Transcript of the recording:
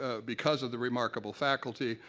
ah because of the remarkable faculty,